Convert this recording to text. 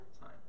time